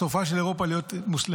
סופה של אירופה להיות מוסלמית.